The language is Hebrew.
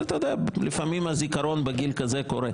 אתה יודע, לפעמים הזיכרון בגיל כזה קורס.